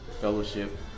fellowship